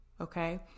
okay